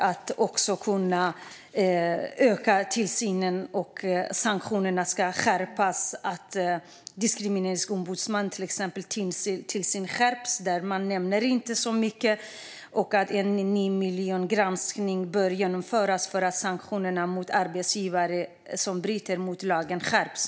Det nämns nästan inget om att Diskrimineringsombudsmannens tillsyn ska skärpas. Instämmer statsrådet också i att en ny miljongranskning bör genomföras för att sanktionerna mot arbetsgivare som bryter mot lagen ska skärpas?